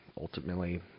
ultimately